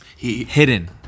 hidden